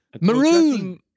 maroon